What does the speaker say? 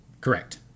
Correct